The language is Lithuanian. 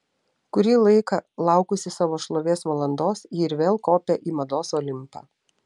kurį laiką laukusi savo šlovės valandos ji ir vėl kopią į mados olimpą